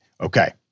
Okay